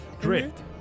Drift